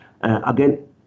Again